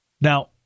Now